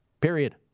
period